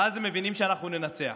ואז הם מבינים שאנחנו ננצח.